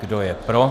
Kdo je pro?